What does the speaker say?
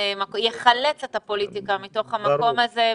יחלץ את הפוליטיקה מתוך המקום הזה.